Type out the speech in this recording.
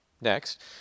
Next